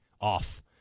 off